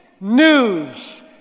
news